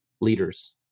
leaders